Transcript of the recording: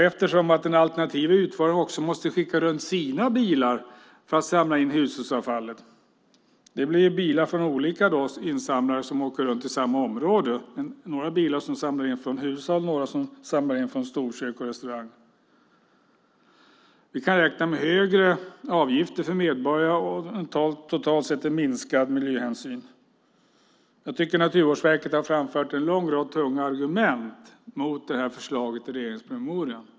Eftersom en alternativ utförare också måste skicka runt sina bilar för att samla in hushållsavfallet blir det bilar från olika insamlare som åker runt i samma område. Några samlar in från hushåll och andra från storkök och restauranger. Vi kan räkna med högre avgifter för medborgarna och totalt sett minskad miljöhänsyn. Naturvårdsverket har framfört en lång rad tunga argument mot förslaget i regeringspromemorian.